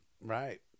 Right